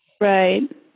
right